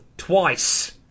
Twice